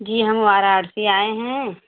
जी हम वाराणसी आए हैं